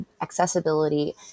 accessibility